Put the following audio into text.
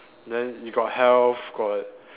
then you got health got